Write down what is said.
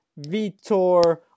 Vitor